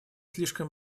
слишком